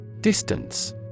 Distance